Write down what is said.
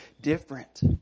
different